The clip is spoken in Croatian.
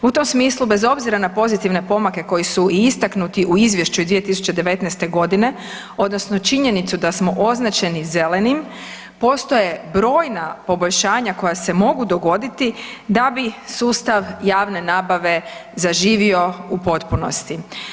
U tom smislu, bez obzira na pozitivne pomake koji su i istaknuti u Izvješću iz 2019. g. odnosno činjenicu da smo označeni zelenim, postoje brojna poboljšanja koja se mogu dogoditi da bi sustav javne nabave zaživio u potpunosti.